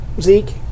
Zeke